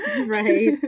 Right